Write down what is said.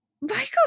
Michael